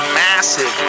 massive